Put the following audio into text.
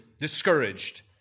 discouraged